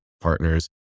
partners